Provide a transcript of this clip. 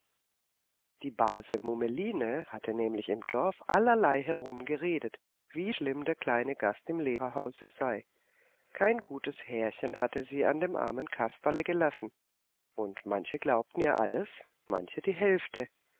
die base mummeline hatte nämlich im dorf allerlei herumgeredet wie schlimm der kleine gast im lehrerhause sei kein gutes härchen hatte sie an dem armen kasperle gelassen und manche glaubten ihr alles manche die hälfte